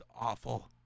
awful